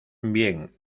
bien